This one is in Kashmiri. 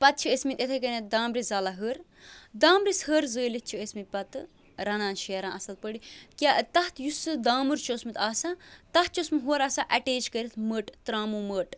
پَتہٕ چھِ ٲسمٕتۍ اِتھَے کٔنٮ۪تھ دامبرِس زالان ہَر دامبرِس ہَر زٲلِتھ چھِ ٲسمٕتۍ پَتہٕ رَنان شیران اَصٕل پٲٹھۍ کیٛاہ تَتھ یُس سُہ دامُر چھُ اوسمُت آسان تَتھ چھُ اوسمُت ہورٕ آسان اَٹیچ کٔرِتھ مٔٹ ترٛاموٗ مٔٹ